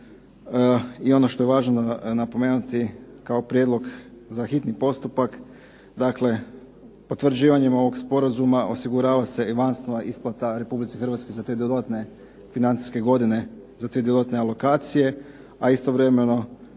I ono što je važno napomenuti kao prijedlog za hitni postupak. Dakle, potvrđivanjem ovog sporazuma osigurava se avansna isplata Republici Hrvatskoj za te dodatne financijske godine, za te dodatne alokacije a istovremeno